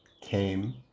came